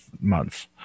months